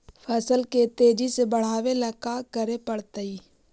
फसल के तेजी से बढ़ावेला का करे पड़तई?